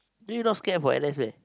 then you not scared for N_S meh